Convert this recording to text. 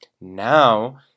now